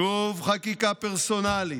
שוב חקיקה פרסונלית,